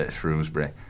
Shrewsbury